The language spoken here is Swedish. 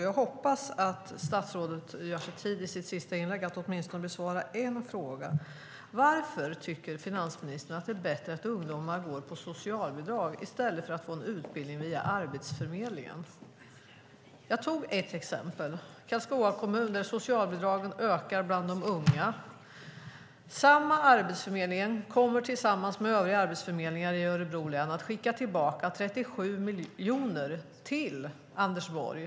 Jag hoppas att statsrådet gör sig tid att besvara åtminstone en fråga i sitt sista inlägg: Varför tycker finansministern att det är bättre att ungdomar går på socialbidrag i stället för att få en utbildning via Arbetsförmedlingen? Jag tog ett exempel, nämligen Karlskoga kommun där socialbidragen ökar bland de unga. Deras arbetsförmedling kommer tillsammans med övriga arbetsförmedlingar i Örebro län att skicka tillbaka 37 miljoner till Anders Borg.